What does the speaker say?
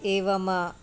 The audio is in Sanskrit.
एवम्